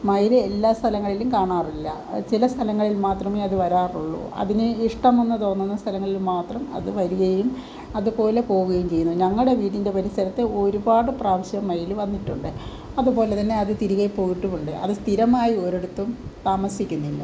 മയിൽ എല്ലാ സ്ഥലങ്ങളിലും കാണാറില്ല ചില സ്ഥലങ്ങളിൽ മാത്രമേ അത് വരാറുള്ളു അതിന് ഇഷ്ടമെന്ന് തോന്നുന്ന സ്ഥലങ്ങളിൽ മാത്രം അത് വരികയും അതുപോലെ പോകുകയും ചെയ്യുന്നു ഞങ്ങളുടെ വീടിൻ്റെ പരിസരത്ത് ഒരുപാട് പ്രാവശ്യം മയിൽ വന്നിട്ടുണ്ട് അതുപോലെ തന്നെ അത് തിരികെ പോയിട്ടുമുണ്ട് അത് സ്ഥിരമായി ഒരിടത്തും താമസിക്കുന്നില്ല